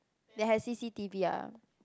that has C_C_T_V ah